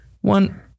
One